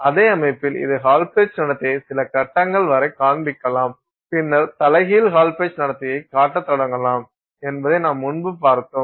அதே அமைப்பில் இது ஹால் பெட்ச் நடத்தையை சில கட்டங்கள் வரை காண்பிக்கலாம் பின்னர் தலைகீழ் ஹால் பெட்ச் நடத்தையை காட்டத் தொடங்கலாம் என்பதை நாம் முன்பு பார்த்தோம்